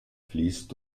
fließt